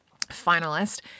finalist